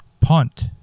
punt